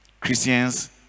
Christians